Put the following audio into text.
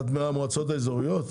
את מהמועצות האזוריות?